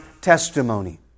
testimony